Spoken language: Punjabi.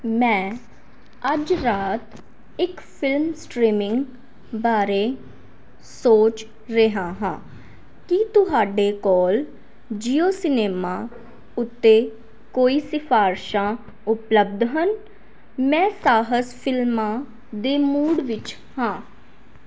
ਮੈਂ ਅੱਜ ਰਾਤ ਇੱਕ ਫਿਲਮ ਸਟ੍ਰੀਮਿੰਗ ਬਾਰੇ ਸੋਚ ਰਿਹਾ ਹਾਂ ਕੀ ਤੁਹਾਡੇ ਕੋਲ ਜੀਓ ਸਿਨੇਮਾ ਉੱਤੇ ਕੋਈ ਸਿਫਾਰਸ਼ਾਂ ਉਪਲਬਧ ਹਨ ਮੈਂ ਸਾਹਸ ਫਿਲਮਾਂ ਦੇ ਮੂਡ ਵਿੱਚ ਹਾਂ